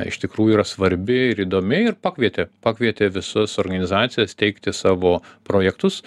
iš tikrųjų yra svarbi ir įdomi ir pakvietė pakvietė visas organizacijas teikti savo projektus